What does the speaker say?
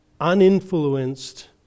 uninfluenced